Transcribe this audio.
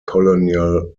colonial